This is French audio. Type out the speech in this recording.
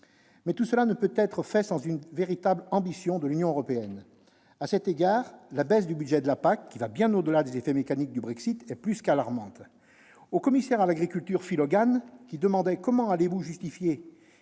Mais tout cela ne peut être fait sans une véritable ambition de la part de l'Union européenne. À cet égard, la baisse du budget de la PAC, qui va bien au-delà des effets mécaniques du Brexit, est plus qu'alarmante. Au commissaire à l'agriculture, Phil Hogan, qui demandait comment nous justifierions